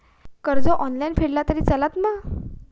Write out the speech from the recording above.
कर्ज ऑनलाइन फेडला तरी चलता मा?